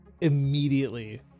immediately